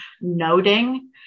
noting